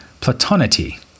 platonity